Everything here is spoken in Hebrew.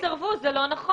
הן לא סירבו, זה לא נכון.